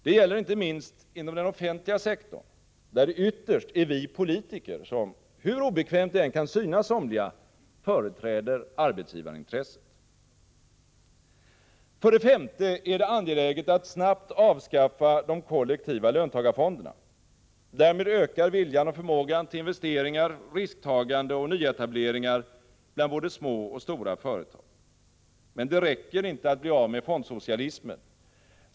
Det gäller inte minst inom den offentliga sektorn, där det ytterst är vi politiker som — hur obekvämt det än kan synas somliga — företräder arbetsgivarintresset. För det femte är det angeläget att snabbt avskaffa de kollektiva löntagarfonderna. Därmed ökar viljan och förmågan till investeringar, risktagande och nyetableringar bland både små och stora företag. Men det räcker inte att bli av med fondsocialismen.